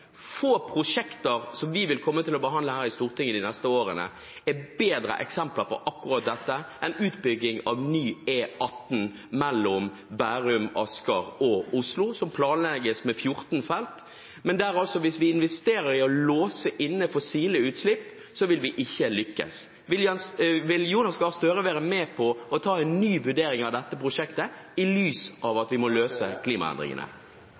Få av de prosjektene som vi vil komme til å behandle her i Stortinget de neste årene, er et bedre eksempel på akkurat dette enn utbygging av ny E18 mellom Bærum, Asker og Oslo, som planlegges med 14 felt. Men det er altså hvis vi investerer i å låse inne fossile utslipp, at vi ikke vil lykkes. Vil Jonas Gahr Støre være med på å ta en ny vurdering av dette prosjektet i lys av at vi må løse klimaendringene?